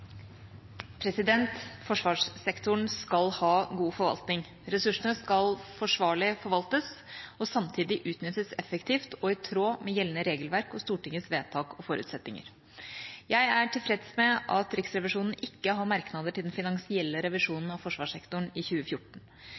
Forsvarssektoren skal ha god forvaltning. Ressursene skal forsvarlig forvaltes og samtidig utnyttes effektivt og i tråd med gjeldende regelverk og Stortingets vedtak og forutsetninger. Jeg er tilfreds med at Riksrevisjonen ikke har merknader til den finansielle revisjonen av forsvarssektoren i 2014.